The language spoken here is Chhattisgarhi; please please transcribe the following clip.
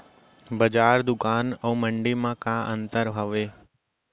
बजार, दुकान अऊ मंडी मा का अंतर हावे?